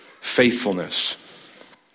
faithfulness